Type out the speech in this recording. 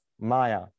Maya